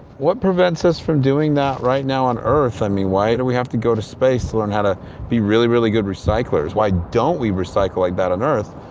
what prevents us from doing that right now on earth? i mean, why do we have to go to space to learn how to be really, really good recyclers? why don't we recycle like that on earth?